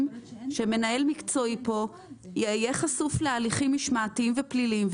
שמנהל מקצועי יהיה חשוף להליכים משמעתיים ופליליים,